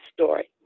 story